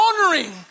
honoring